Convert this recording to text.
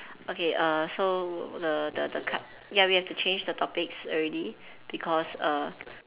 okay err so the the the card ya we have to change the topics already because err